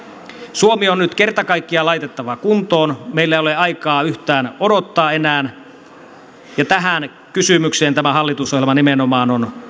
suomi on nyt kerta kaikkiaan laitettava kuntoon meillä ei ole enää yhtään aikaa odottaa ja tähän kysymykseen tämä hallitusohjelma nimenomaan on